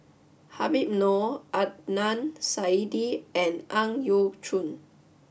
Habib Noh Adnan Saidi and Ang Yau Choon